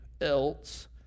else